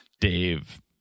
Dave